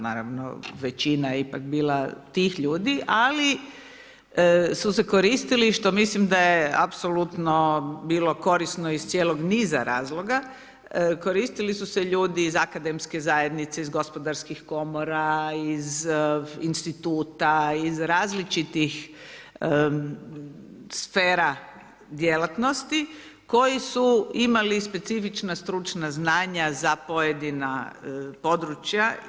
Naravno većina je ipak bila tih ljudi ali su se koristili što mislim da je apsolutno bilo korisno iz cijelog niza razloga, koristili su se ljudi iz akademske zajednice iz gospodarskih komora iz instituta iz različitih sfera djelatnosti, koji su imali specifična stručna znanja za pojedina područja.